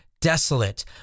desolate